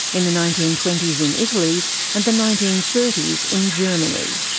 in the nineteen twenty s in italy and the nineteen thirty s in germany.